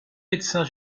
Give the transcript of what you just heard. médecins